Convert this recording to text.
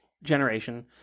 generation